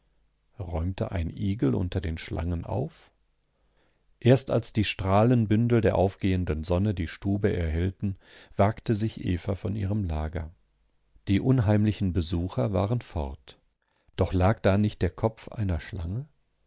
räumte ein igel unter den schlangen auf erst als die strahlenbündel der aufgehenden sonne die stube erhellten wagte sich eva von ihrem lager die unheimlichen besucher waren fort doch lag da nicht der kopf einer schlange